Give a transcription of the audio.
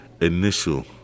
initial